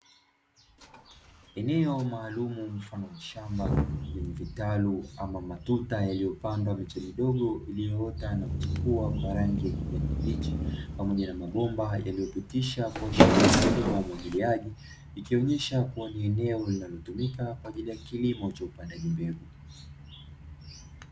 Eneo maalumu mfano wa shamba lenye vitalu ama matuta yaliyopandwa miti midogo iliyoota na kuchipua kwa rangi ya kijani kibichi, pamoja na mabomba yaliyopitisha kuashiria mfumo wa umwagiliaji, ikionyesha kuwa ni eneo linalotumika kwa ajili ya kilimo cha upandaji mbegu.